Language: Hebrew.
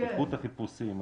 שכיחות החיפושים,